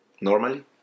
Normally